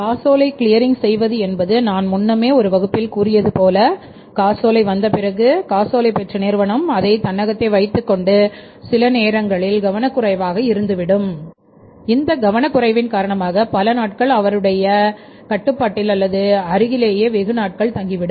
காசோலை கிளியரிங் செய்வது என்பது நான் முன்னமே ஒரு வகுப்பில் கூறியது போல காசோலை வந்த பிறகு காசோலை பெற்ற நிறுவனம் அதை தன்னகத்தே வைத்துக்கொண்டு சில நேரங்களில் கவனக்குறைவாக இருந்து விடும் இந்த கவனக் குறைவின் காரணமாக பல நாட்கள் அவருடைய கட்டுப்பாட்டில் அல்லது அருகிலோ வெகு நாட்கள் தங்கி விடும்